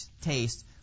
taste